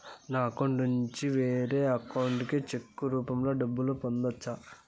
నా అకౌంట్ నుండి వేరే అకౌంట్ కి చెక్కు రూపం లో డబ్బును పంపొచ్చా?